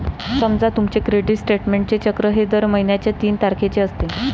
समजा तुमचे क्रेडिट स्टेटमेंटचे चक्र हे दर महिन्याच्या तीन तारखेचे असते